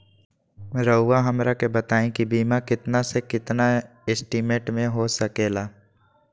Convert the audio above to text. रहुआ हमरा के बताइए के बीमा कितना से कितना एस्टीमेट में हो सके ला?